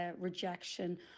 rejection